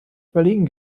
überlegen